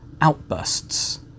outbursts